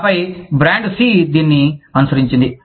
ఆపై brand C దీనిని అనుసరించింది